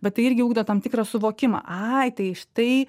bet tai irgi ugdo tam tikrą suvokimą ai tai štai